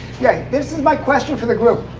yeah this is my question for the group.